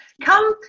Come